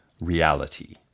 reality